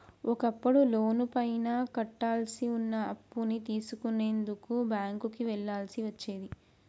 ఒకప్పుడు లోనుపైన కట్టాల్సి వున్న అప్పుని తెలుసుకునేందుకు బ్యేంకుకి వెళ్ళాల్సి వచ్చేది